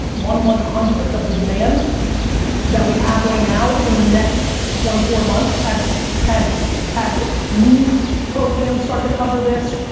one one hundred of the demand that we have right now in the next twenty four months as as news programs start to cover this,